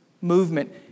movement